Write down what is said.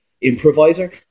improviser